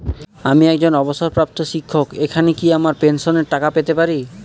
আমি একজন অবসরপ্রাপ্ত শিক্ষক এখানে কি আমার পেনশনের টাকা পেতে পারি?